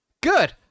good